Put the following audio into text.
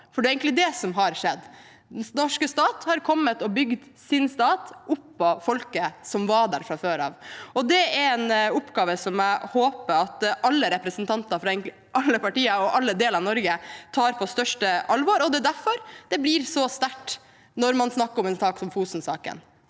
for det er egentlig det som har skjedd. Den norske stat har kommet og bygd sin stat oppå folket som var der fra før av. Det er en oppgave jeg håper at alle representanter fra alle partier og alle deler av Norge tar på største alvor, og det er derfor det blir så sterkt når man snakker om en sak som Fosen-saken.